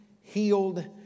healed